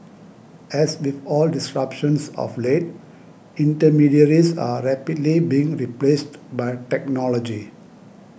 as with all disruptions of late intermediaries are rapidly being replaced by technology